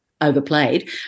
overplayed